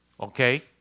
okay